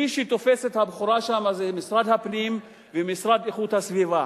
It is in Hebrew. מי שתופס את הבכורה שם זה משרד הפנים ומשרד איכות הסביבה.